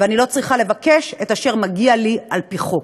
ואני לא צריכה לבקש את אשר מגיע לי על-פי חוק.